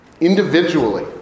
Individually